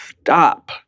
stop